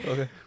Okay